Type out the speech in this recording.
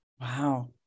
Wow